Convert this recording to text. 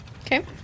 Okay